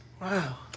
wow